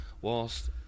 whilst